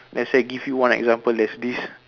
let's say give you one example there's this